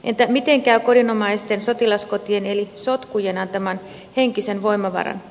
entä miten käy kodinomaisten sotilaskotien eli sotkujen antaman henkisen voimavaran